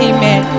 Amen